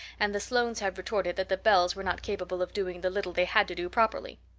and the sloanes had retorted that the bells were not capable of doing the little they had to do properly.